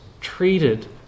treated